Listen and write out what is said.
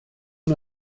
una